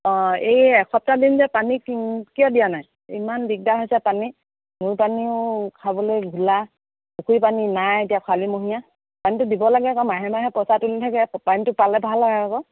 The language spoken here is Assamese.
অঁ এই এসপ্তাহ দিন যে পানীটো কিয় দিয়া নাই ইমান দিগদাৰ হৈছে পানী নৈ পানীও খাবলৈ ঘোলা পুখুৰী পানী নাই এতিয়া খৰালি মহীয়া পানীটো দিব লাগে আকৌ মাহে মাহে পইচাটো তুলি থাকে পানীটো পালে ভাল হয় আকৌ